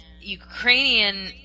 Ukrainian